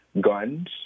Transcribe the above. guns